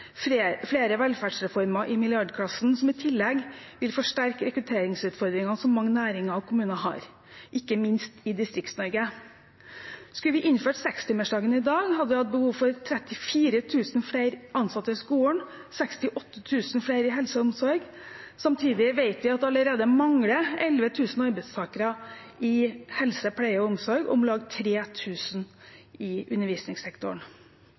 og flere velferdsreformer i milliardklassen, som i tillegg vil forsterke rekrutteringsutfordringene som mange næringer og kommuner har, ikke minst i Distrikts-Norge. Skulle vi innført sekstimersdagen i dag, hadde vi hatt behov for 34 000 flere ansatte i skolen, 68 000 flere i helse og omsorg. Samtidig vet vi at det allerede mangler 11 000 arbeidstakere i helse, pleie og omsorg og om lag 3 000 i undervisningssektoren.